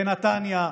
בנתניה,